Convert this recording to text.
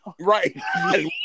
right